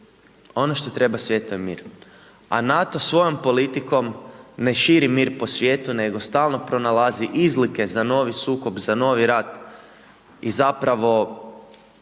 Ono što treba svijetu je mir, a NATO svojom politikom ne širi mir po svijetu, nego stalno pronalazi izlike za novi sukob, za novi rat, i zapravo,